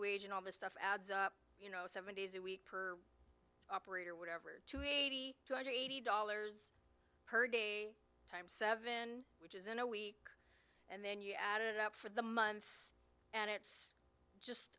wage and all the stuff adds up you know seven days a week per operator whatever two eighty two hundred eighty dollars per day times seven which is in a week and then you add it up for the month and it's just